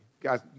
Guys